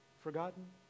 forgotten